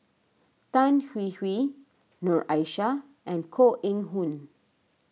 Tan Hwee Hwee Noor Aishah and Koh Eng Hoon